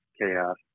chaos